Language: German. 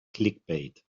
clickbait